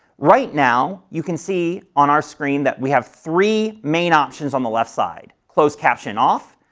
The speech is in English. right now, you can see on our screen that we have three main options on the left side, closed caption off,